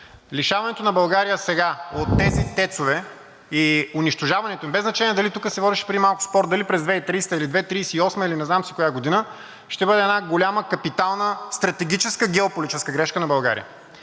Лишаването на България сега от тези ТЕЦ-ове и унищожаването им, без значение дали – тук се водеше преди малко спор дали през 2030-а или през 2038-а, или не знам си коя година, ще бъде една голяма капитална, стратегически геополитическа грешка на България.